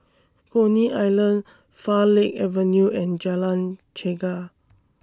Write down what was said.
Coney Island Farleigh Avenue and Jalan Chegar